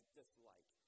dislike